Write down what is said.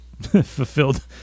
fulfilled